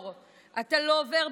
אתה לא עובר באדום